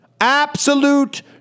Absolute